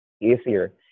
easier